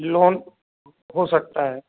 loan हो सकता है